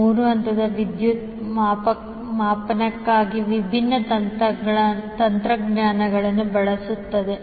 ಮೂರು ಹಂತದ ವಿದ್ಯುತ್ ಮಾಪನಕ್ಕಾಗಿ ವಿಭಿನ್ನ ತಂತ್ರಗಳನ್ನು ಬಳಸುತ್ತದೆ